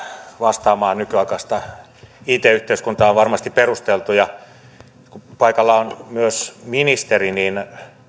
vastaamaan nykyaikaista it yhteiskuntaa ovat varmasti perusteltuja nyt kun paikalla on myös ministeri niin